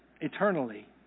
eternally